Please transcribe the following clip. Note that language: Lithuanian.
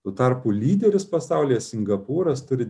tuo tarpu lyderis pasaulyje singapūras turi